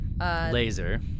Laser